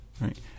right